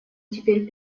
теперь